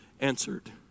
answered